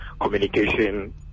communication